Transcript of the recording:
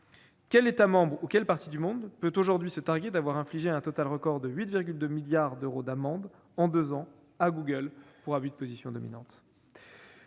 Quel État membre ou quelle partie de monde peut se targuer d'avoir infligé un total record de 8,2 milliards d'euros d'amendes en deux ans à Google pour abus de position dominante ?